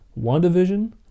WandaVision